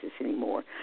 anymore